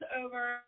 over